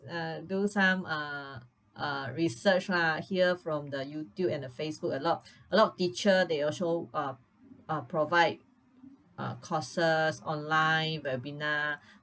uh do some uh uh research lah hear from the YouTube and the Facebook a lot of a lot of teacher they also uh uh provide uh courses online webinar